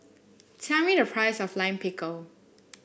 tell me the price of Lime Pickle